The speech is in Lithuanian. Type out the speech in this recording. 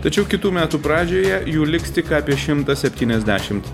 tačiau kitų metų pradžioje jų liks tik apie šimtą septyniasdešimt